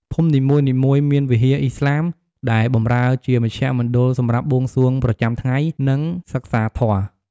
ភូមិនីមួយៗមាន វិហារឥស្លាម ដែលបម្រើជាមជ្ឈមណ្ឌលសម្រាប់បួងសួងប្រចាំថ្ងៃ និងសិក្សាធម៌។